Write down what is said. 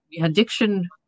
addiction